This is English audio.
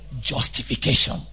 justification